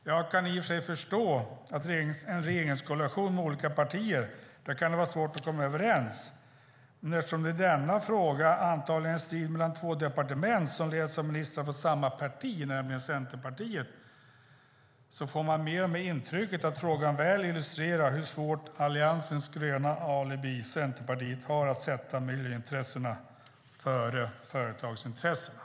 Jag kan i och för sig förstå att en regeringskoalition med olika partier kan ha svårt att komma överens. Men eftersom striden i denna fråga antingen står mellan två departement som leds av ministrar från samma parti, nämligen Centerpartiet, får man mer och mer intrycket av att frågan väl illustrerar hur svårt Alliansens gröna alibi, Centerpartiet, har att sätta miljöintressena före företagsintressena.